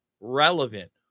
relevant